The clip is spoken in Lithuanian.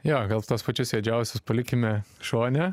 jo gal tuos pačius juodžiausius palikime šone